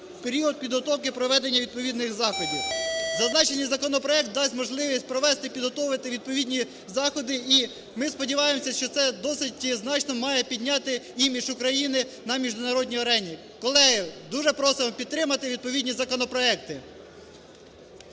період підготовки і проведення відповідних заходів. Зазначений законопроект дасть можливість провести і підготовити відповідні заходи, і ми сподіваємося, що це досить значно має підняти імідж України на міжнародній арені. Колеги, дуже просимо підтримати відповідні законопроекти.